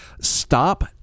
Stop